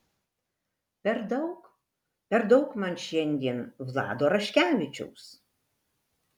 per daug per daug man šiandien vlado raškevičiaus